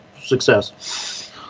success